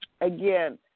Again